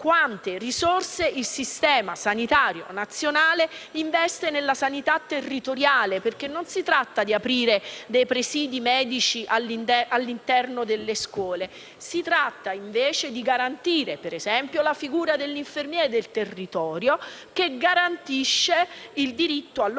quante risorse il sistema sanitario nazionale investe nella sanità territoriale, perché non si tratta di aprire dei presidi medici all'interno delle scuole, bensì di garantire, ad esempio, la figura dell'infermiere del territorio che garantisce il diritto allo studio e